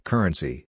Currency